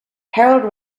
harold